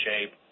shape